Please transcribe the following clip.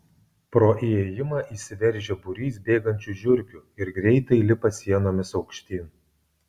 pro įėjimą įsiveržia būrys bėgančių žiurkių ir greitai lipa sienomis aukštyn